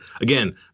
again